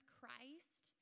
Christ